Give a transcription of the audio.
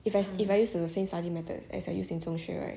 if as if I used the same study methods as I have used in 中学 right